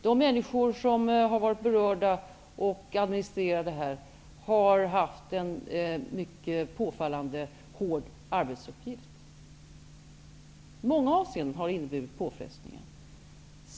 De människor som har varit berörda och som administrerat detta har haft en mycket hård arbetsuppgift som i många avseenden inneburit påfrestningar.